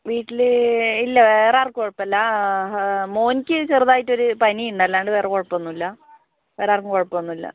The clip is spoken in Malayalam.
വീട്ടിൽ ഇല്ല വേറെ ആർക്കും കുഴപ്പമില്ല അതെ മോനിക്ക് ചെറുതായിട്ടൊരു പനി ഉണ്ട് അല്ലാണ്ട് വേറെ കുഴപ്പം ഒന്നുമില്ല വേറെ ആർക്കും കുഴപ്പം ഒന്നുമില്ല